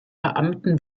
beamten